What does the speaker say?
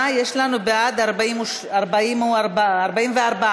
62, הוראת שעה) (תיקון מס'